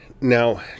Now